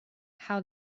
how